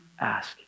ask